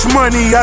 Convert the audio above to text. money